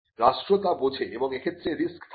রাষ্ট্র তা বোঝে এবং এক্ষেত্রে রিক্স থাকে